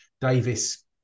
Davis